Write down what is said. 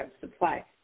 supply